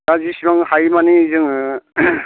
दा जेसेबां हायो माने जोङो